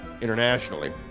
Internationally